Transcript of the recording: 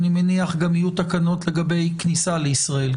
אני מניח גם יהיו תקנות לגבי כניסה לישראל.